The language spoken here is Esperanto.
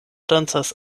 dancas